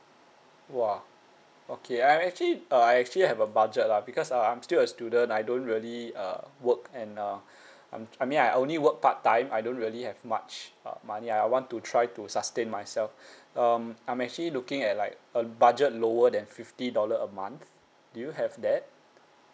!wah! okay I'm actually uh I actually have a budget lah because uh I'm still a student I don't really uh work and uh I'm I mean I only work part time I don't really have much uh money I want to try to sustain myself um I'm actually looking at like a budget lower than fifty dollar a month do you have that